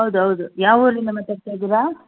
ಹೌದ್ ಹೌದು ಯಾವ ಊರಿಂದ ಮಾತಾಡ್ತಾ ಇದ್ದೀರಾ